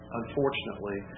unfortunately